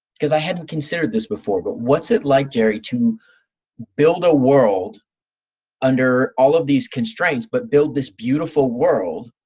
cause i hadn't considered this before, but what's it like, jerry, to build a world under all of these constraints but build this beautiful world,